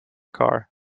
car